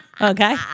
okay